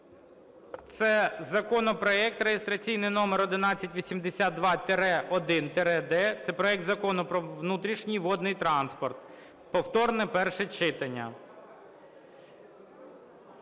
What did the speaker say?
це законопроект реєстраційний номер 1182-1-д, це проект Закону про внутрішній водний транспорт (повторне перше читання).